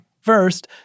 First